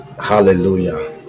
Hallelujah